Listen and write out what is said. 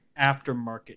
aftermarket